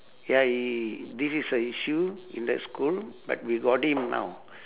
ya he he this is a issue in the school but we got him now